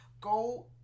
go